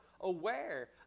aware